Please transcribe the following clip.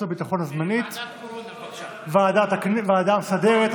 בוועדה המסדרת,